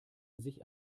sich